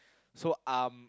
so um